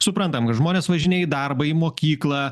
suprantam kad žmonės važinėja į darbą į mokyklą